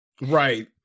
right